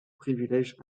privilèges